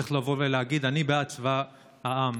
אני בעד צבא העם,